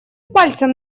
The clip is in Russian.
пальцем